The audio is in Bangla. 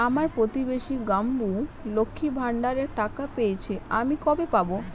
আমার প্রতিবেশী গাঙ্মু, লক্ষ্মীর ভান্ডারের টাকা পেয়ে গেছে, আমি কবে পাব?